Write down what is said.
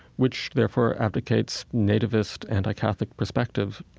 which therefore advocates nativist, anti-catholic perspective,